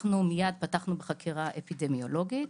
פתחנו מיד בחקירה אפידמיולוגית,